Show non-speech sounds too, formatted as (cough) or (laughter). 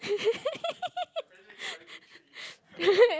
(laughs)